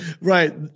right